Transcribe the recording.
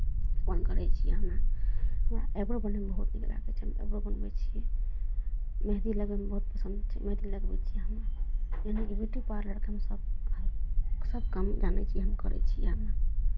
अपन करै छियै हमे हमरा आइब्रो बनबैमे बहुत नीक लागै छै हमे आइब्रो बनबै छियै मेहदी लगयनाइ बहुत पसन्द छै मेहदी लगबै छियै हमे यानिकि ब्यूटी पार्लरके हम सभ कार्य सभ काम जानै छियै हमे करै छियै हमे